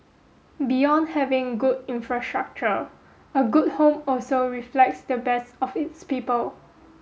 beyond having good infrastructure a good home also reflects the best of its people